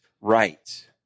right